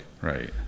right